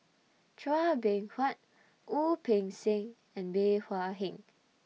Chua Beng Huat Wu Peng Seng and Bey Hua Heng